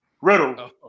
Riddle